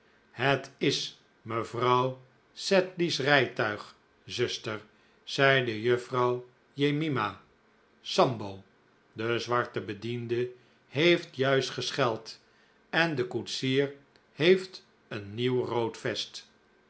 het is mevrouw sedley's rijtuig zuster zeide juffrouw jemima sambo de zwarte bediende heeft juist gescheld en de koetsier heeft een nieuw rood vest